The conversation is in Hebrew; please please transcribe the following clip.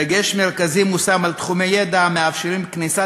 דגש מרכזי מושם על תחומי ידע המאפשרים כניסה